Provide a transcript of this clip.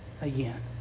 again